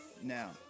Now